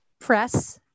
press